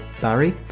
Barry